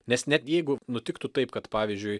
nes net jeigu nutiktų taip kad pavyzdžiui